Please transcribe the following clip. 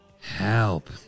help